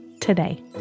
today